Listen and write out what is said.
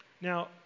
Now